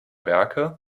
werke